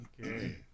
Okay